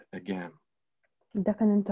again